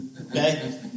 okay